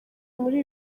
muri